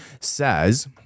says